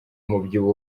umubyibuho